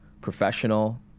professional